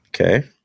Okay